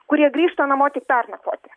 kurie grįžta namo tik pernakvoti